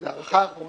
התשע"ט-2018,